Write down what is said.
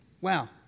Wow